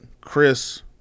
Chris